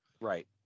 right